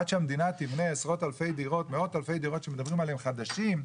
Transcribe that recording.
עד שהמדינה תבנה מאות אלפי דירות שמדברים עליהן חדשות,